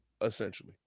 essentially